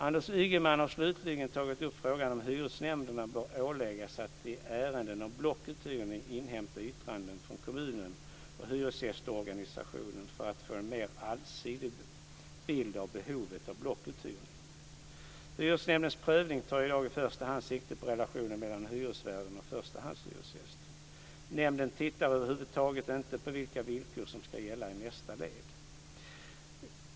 Anders Ygeman har slutligen tagit upp frågan om hyresnämnderna bör åläggas att i ärenden om blockuthyrning inhämta yttrande från kommunen och hyresgästorganisationerna för att få en mer allsidig bild av behovet av blockuthyrning. Hyresnämndens prövning tar i dag i första hand sikte på relationen mellan hyresvärden och förstahandshyresgästen. Nämnden tittar över huvud taget inte på vilka villkor som ska gälla i nästa led.